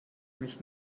mich